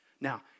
Now